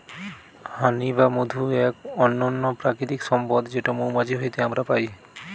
হানি বা মধু এক অনন্য প্রাকৃতিক সম্পদ যেটো মৌমাছি হইতে আমরা পাই